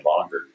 longer